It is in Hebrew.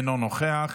אינו נוכח,